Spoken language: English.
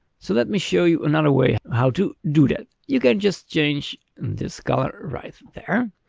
so let me show you another way how to do that, you can just change and this color right there.